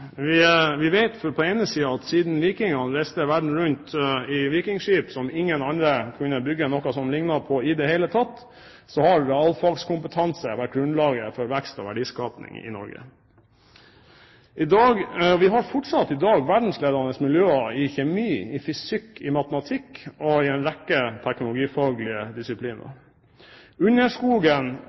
Vi vet at siden vikingene reiste verden rundt i vikingskip, som ingen andre kunne bygge noe som liknet på i det hele tatt, har realfagskompetanse vært grunnlaget for vekst og verdiskaping i Norge. Vi har i dag fortsatt verdensledende miljøer i kjemi, i fysikk, i matematikk og i en rekke teknologifaglige disipliner. Underskogen under